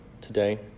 today